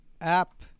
app